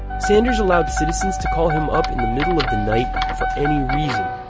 sanders allowed citizens to call him up in the middle of the night for any reason,